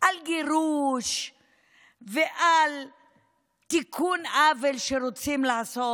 על גירוש ועל תיקון עוול שרוצים לעשות.